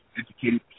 educated